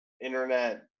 internet